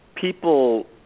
people